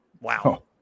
wow